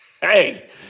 Hey